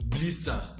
Blister